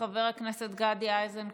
חבר הכנסת גדי איזנקוט,